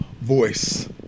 voice